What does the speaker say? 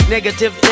Negative